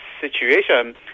situation